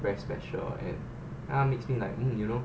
very special and ah makes me like mm you know